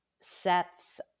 sets